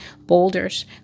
boulders